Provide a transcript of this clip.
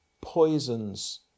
poisons